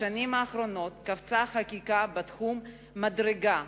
בשנים האחרונות קפצה החקיקה בתחום מדרגה,